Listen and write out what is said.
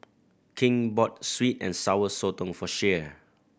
King bought sweet and Sour Sotong for Shea